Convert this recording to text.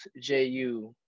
JU